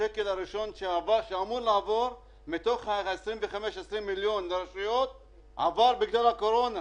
השקל הראשון שאמור לעבור מתוך 25 מיליון לרשויות עבר בגלל הקורונה,